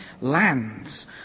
lands